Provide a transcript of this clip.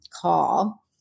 call